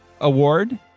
award